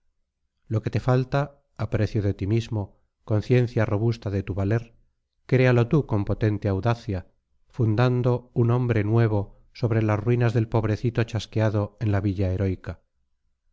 lo que te falta aprecio de ti mismo conciencia robusta de tu valer créalo tú con potente audacia fundando un hombre nuevo sobre las ruinas del pobrecito chasqueado en la villa heroica